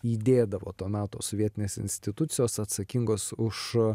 įdėdavo to meto sovietinės institucijos atsakingos už